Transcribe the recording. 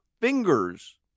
fingers